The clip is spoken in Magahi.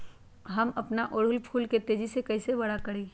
हम अपना ओरहूल फूल के तेजी से कई से बड़ा करी?